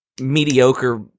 mediocre